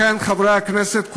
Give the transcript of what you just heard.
חברי הכנסת,